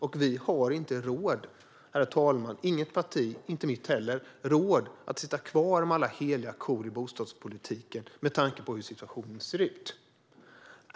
Och inget parti, inte mitt heller, har råd att sitta kvar med alla heliga kor i bostadspolitiken, med tanke på hur situationen ser ut.